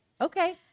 okay